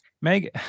meg